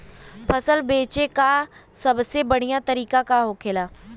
फसल बेचे का सबसे बढ़ियां तरीका का होखेला?